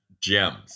gems